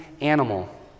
animal